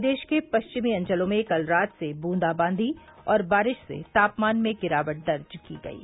प्रदेश के पश्चिमी अंचलों में कल रात से बूंदाबांदी और बारिश से तापमान में गिरावट दर्ज की गयी